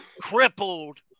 crippled